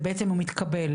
ובעצם הוא מתקבל,